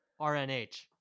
RNH